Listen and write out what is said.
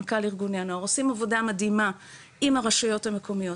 מנכ"ל ארגוני הנוער עושים עבודה מדהימה עם הרשויות המקומיות,